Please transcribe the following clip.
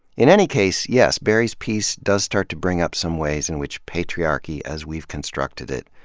in any case, yes, barry's piece does start to bring up some ways in which patriarchy, as we've constructed it,